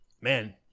man